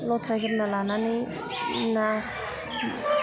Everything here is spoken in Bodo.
लथ्रायग्रोना लानानै ना